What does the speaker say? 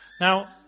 Now